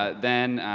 ah then